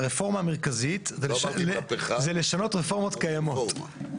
הרפורמה המרכזית זה לשנות רפורמות קיימות.